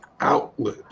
outlet